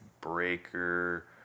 Breaker